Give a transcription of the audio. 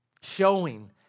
showing